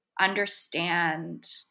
understand